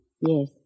Yes